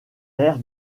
air